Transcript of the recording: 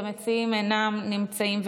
המציעים אינם נמצאים,